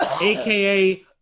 aka